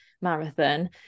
marathon